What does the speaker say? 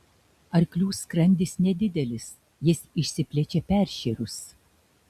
arklių skrandis nedidelis jis išsiplečia peršėrus